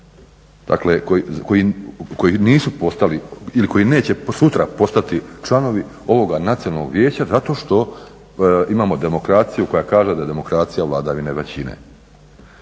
dakle koji nisu postali ili koji neće sutra postati članovi ovoga Nacionalnog vijeća zato što imamo demokraciju koja kaže da je demokracija vladavina većine.